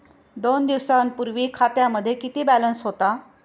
दोन दिवसांपूर्वी खात्यामध्ये किती बॅलन्स होता?